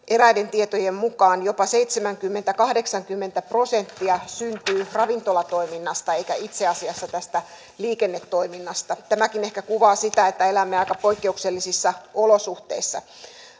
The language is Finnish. eräiden tietojen mukaan jopa seitsemänkymmentä viiva kahdeksankymmentä prosenttia syntyy ravintolatoiminnasta eikä itse asiassa tästä liikennetoiminnasta tämäkin ehkä kuvaa sitä että elämme aika poikkeuksellisissa olosuhteissa